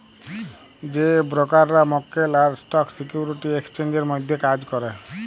যে ব্রকাররা মক্কেল আর স্টক সিকিউরিটি এক্সচেঞ্জের মধ্যে কাজ ক্যরে